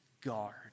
guard